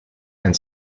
and